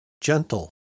gentle